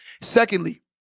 Secondly